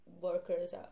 workers